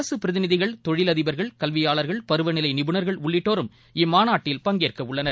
அரசு பிரதிநிதிகள் தொழிலதிபர்கள் கல்வியாளர்கள் பருவநிலை நிபுணர்கள் உள்ளிட்டோரும் இம் மாநாட்டில் பங்கேற்கவுள்ளனர்